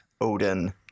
Odin